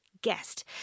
guest